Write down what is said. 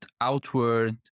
outward